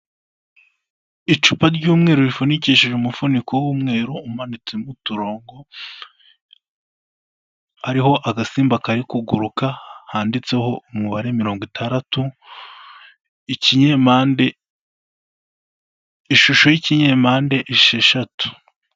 Icupa ry'umweru rifunikishije umufuniko w'umweru umanitse urimo uturongo, hariho agasimba kari kuguruka handitseho umubare mirongo itandatu ikinyampande, ishusho y'ikinyampande esheshatu.